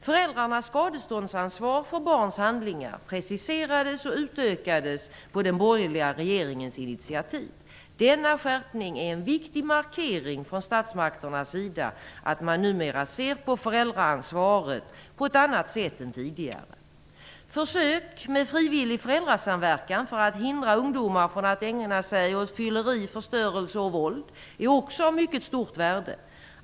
Föräldrarnas skadeståndsansvar för barns handlingar preciserades och utökades på den borgerliga regeringens initiativ. Denna skärpning är en viktig markering från statsmakternas sida att man numera ser på föräldraansvaret på ett annat sätt än tidigare. Också försök med frivillig föräldrasamverkan för att hindra ungdomar från att ägna sig åt fylleri, förstörelse och våld är av mycket stort värde.